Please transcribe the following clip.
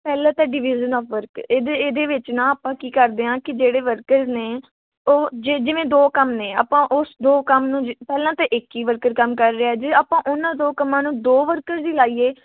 ਪਹਿਲਾਂ ਤਾਂ division of work ਇਹਦੇ ਇਹਦੇ ਵਿੱਚ ਨਾ ਆਪਾਂ ਕੀ ਕਰਦੇ ਹਾਂ ਕਿ ਜਿਹੜੇ ਵਰਕਰ ਨੇ ਉਹ ਜੇ ਜਿਵੇਂ ਦੋ ਕੰਮ ਨੇ ਆਪਾਂ ਉਸ ਦੋ ਕੰਮ ਨੂੰ ਜ ਪਹਿਲਾਂ ਤਾਂ ਇੱਕ ਹੀ ਵਰਕਰ ਕੰਮ ਕਰ ਰਿਹਾ ਜੇ ਆਪਾਂ ਉਹਨਾਂ ਦੋ ਕੰਮਾਂ ਨੂੰ ਦੋ ਵਰਕਰ ਹੀ ਲਾਈਏ